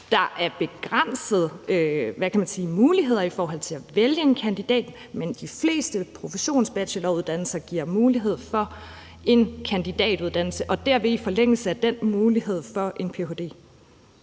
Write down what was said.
Der er begrænsede muligheder i forhold til at vælge en kandidat, men de fleste professionsbacheloruddannelser giver mulighed for en kandidatuddannelse og dermed i forlængelse af den mulighed for en ph.d.